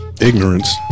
Ignorance